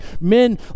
men